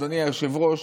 אדוני היושב-ראש,